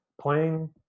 playing